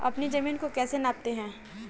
अपनी जमीन को कैसे नापते हैं?